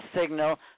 signal